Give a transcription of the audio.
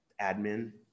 admin